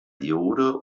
diode